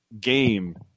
game